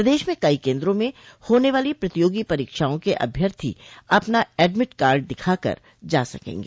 प्रदेश में कई केन्द्रों में होने वाली प्रतियोगी परीक्षाओं के अभ्यर्थी अपना एडमिड कार्ड दिखा कर जा सकेंगे